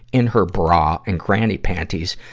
in her bra and granny panties,